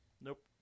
Nope